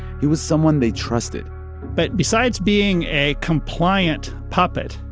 he was someone they trusted but besides being a compliant puppet,